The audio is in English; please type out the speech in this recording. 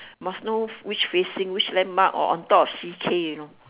must know which facing which landmark or on top of C_K you know